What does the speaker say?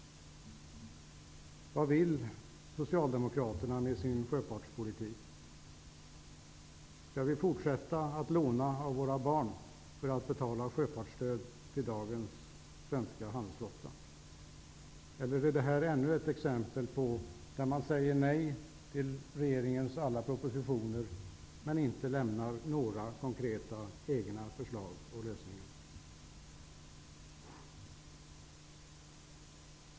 Vad vill Socialdemokraterna med sin sjöfartspolitik? Skall vi fortsätta att låna av våra barn för att betala sjöfartsstöd till dagens svenska handelsflotta? Eller är det här ännu ett exempel på att man säger nej till regeringens alla propositioner men inte lämnar några konkreta egna förslag till lösningar?